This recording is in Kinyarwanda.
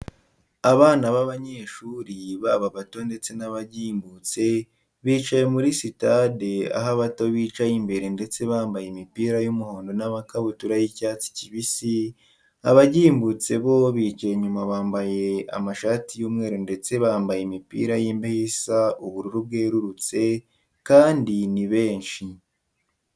Abana b'abanyeshuri baba abato ndetse n'abagimbutse bicaye muri sitade aho abato bicaye imbere ndetse bambaye imipira y'umuhondo n'amakabutura y'icyatsi kibisi, abagimbutse bo bicaye inyuma bambaye amashati y'umweru ndetse bambaye imipira y'imbeho isa ubururu bwerurutse kandi ni benshi.